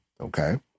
okay